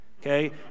okay